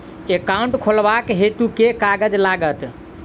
Account खोलाबक हेतु केँ कागज लागत?